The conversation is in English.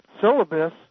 syllabus